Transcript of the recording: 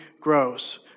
grows